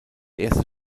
erste